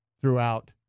throughout